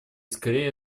скорее